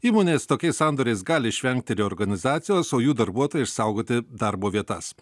įmonės tokiais sandoriais gali išvengti reorganizacijos o jų darbuotojai išsaugoti darbo vietas